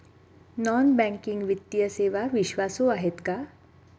Non banking वित्तीय सेवा विश्वासू आहेत का?